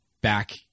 back